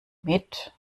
mit